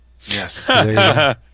Yes